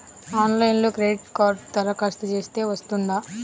ఆన్లైన్లో క్రెడిట్ కార్డ్కి దరఖాస్తు చేస్తే వస్తుందా?